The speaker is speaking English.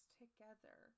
together